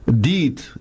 deed